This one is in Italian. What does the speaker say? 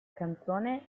canzone